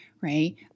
right